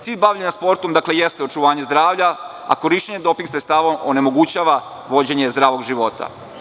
Cilj bavljenja sportom jeste očuvanje zdravlja, a korišćenje doping sredstava onemogućava vođenje zdravog života.